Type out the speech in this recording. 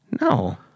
No